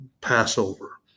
Passover